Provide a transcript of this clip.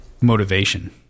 motivation